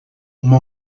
uma